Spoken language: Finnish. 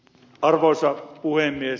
arvoisa puhemies